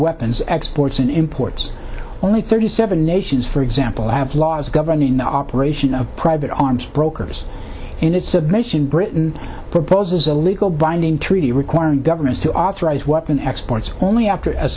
weapons exports and imports only thirty seven nations for example have laws governing the operation of private arms brokers in its submission britain proposes a legal binding treaty requiring governments to authorize weapon exports only after a